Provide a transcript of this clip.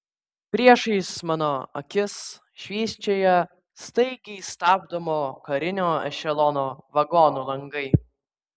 priešais mano akis švysčioja staigiai stabdomo karinio ešelono vagonų langai